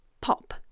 pop